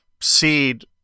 seed